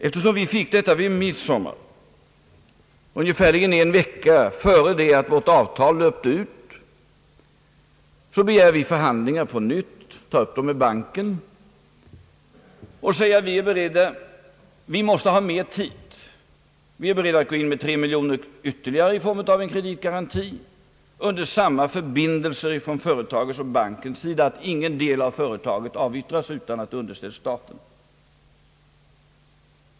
Eftersom vi fick denna plan vid midsommar, ungefär en vecka före det att vårt avtal utlöpte, begär vi förhandlingar på nytt, tar upp dem med banken och säger: Vi är beredda, men vi måste ha mer tid. Vi är beredda att gå in med ytterligare tre miljoner kronor i form av en kreditgaranti under samma förbindelse från företagets och bankens sida att ingen del av företaget avyttras utan att frågan underställs staten.